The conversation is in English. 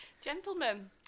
Gentlemen